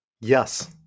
Yes